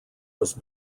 was